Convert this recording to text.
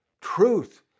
truth